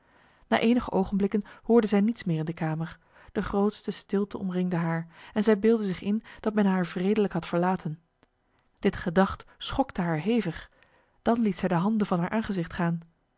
na enige ogenblikken hoorde zij niets meer in de kamer de grootste stilte omringde haar en zij beeldde zich in dat men haar wredelijk had verlaten dit gedacht schokte haar hevig dan liet zij de handen van haar aangezicht gaan